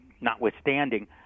notwithstanding